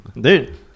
Dude